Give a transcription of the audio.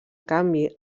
canvi